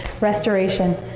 restoration